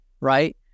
right